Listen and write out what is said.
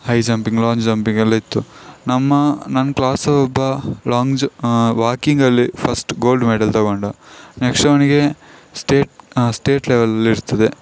high jumping long ಜಂಪಿಂಗೆಲ್ಲ ಇತ್ತು ನಮ್ಮ ನನ್ನ ಕ್ಲಾಸಲ್ಲಿ ಒಬ್ಬ ಲಾಂಗ್ ಜ ವಾಕಿಂಗಲ್ಲಿ ಫಸ್ಟ್ ಗೋಲ್ಡ್ ಮೆಡಲ್ ತಗೊಂಡು ನೆಕ್ಸ್ಟ್ ಅವನಿಗೆ ಸ್ಟೇಟ್ ಸ್ಟೇಟ್ ಲೆವೆಲಲ್ಲಿರ್ತದೆ